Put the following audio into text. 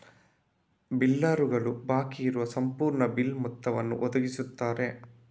ಬಿಲ್ಲರುಗಳು ಬಾಕಿ ಇರುವ ಸಂಪೂರ್ಣ ಬಿಲ್ ಮೊತ್ತವನ್ನು ಒದಗಿಸುತ್ತಾರೆ